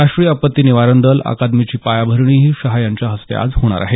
राष्ट्रीय आपत्ती निवारण दल अकादमीची पायाभरणीही शाह यांच्या हस्ते आज होणार आहे